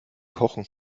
kochen